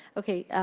ok, yeah